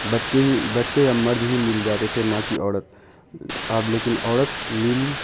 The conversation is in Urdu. بچے ہی بچے یا مرد ہی میل جاتے تھے نہ کہ عورت اب لیکن عورت میل